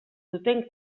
zuten